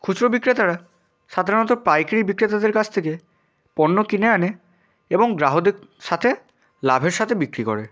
খুচরো বিক্রেতারা সাধারণত পাইকারি বিক্রেতাদের কাছ থেকে পণ্য কিনে আনে এবং গ্রাহকদের সাথে লাভের সাথে বিক্রি করে